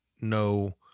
no